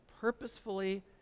purposefully